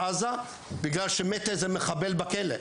בגלל שמת בכלא איזה מחבל,